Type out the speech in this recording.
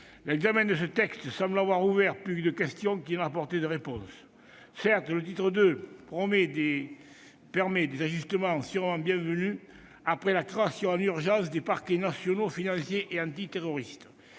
l'examen de ce texte semble avoir ouvert plus de questions qu'il n'a apporté de réponses. Certes, le titre II permet des ajustements sûrement bienvenus après la création en urgence des parquets nationaux financier et antiterroriste.